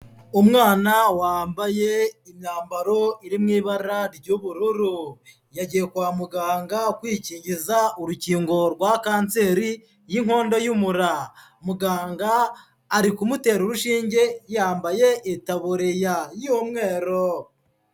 Umwana wambaye imyambaro iri mu ibara ry'ubururu, yagiye kwa muganga kwikingiza urukingo rwa kanseri y'inkondo y'umura, muganga ari kumutera urushinge, yambaye itaburiya y'umweru.